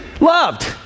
loved